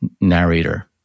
narrator